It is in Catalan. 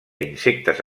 insectes